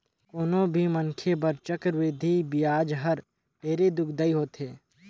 कोनो भी मनखे बर चक्रबृद्धि बियाज हर ढेरे दुखदाई होथे